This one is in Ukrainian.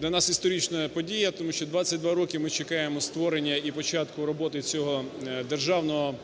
для історична подія, тому що 22 роки ми чекаємо створення і початку роботи цього державного